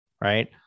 Right